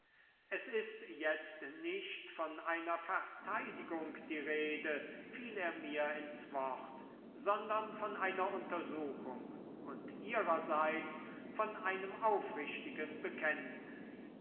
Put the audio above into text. es ist jetzt nicht von einer verteidigung die rede fiel er mir ins wort sondern von einer untersuchung und ihrerseits von einem aufrichtigen bekenntnis